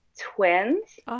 twins